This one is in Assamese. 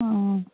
অঁ